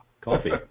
coffee